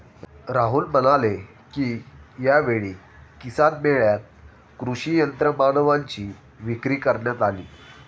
राहुल म्हणाले की, यावेळी किसान मेळ्यात कृषी यंत्रमानवांची विक्री करण्यात आली